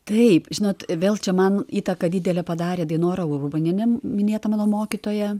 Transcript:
taip žinot vėl čia man įtaką didelę padarė dainora urbanienė minėta mano mokytoja